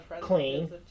clean